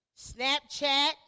Snapchat